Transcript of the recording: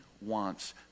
wants